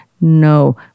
no